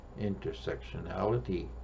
intersectionality